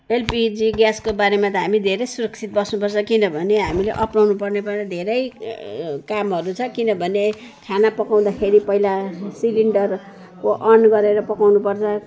LPG ग्यासको बारेमा त हामी धेरै सुरक्षित बस्नुपर्छ किनभने हामीले अपनाउनु पर्ने धेरै कामहरू छ किनभने खाना पकाउँदाखेरि पहिला सिलिन्डर को अन गरेर पकाउनुपर्छ